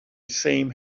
same